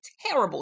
terrible